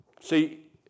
See